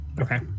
Okay